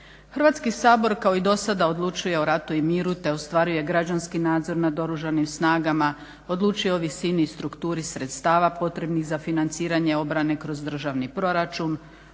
Hrvatski sabor kao i do sada odlučuje o ratu i miru, te ostvaruje građanski nadzor nad Oružanim snagama. Odlučuje o visini i strukturi sredstava potrebnih za financiranje obrane kroz državni proračun,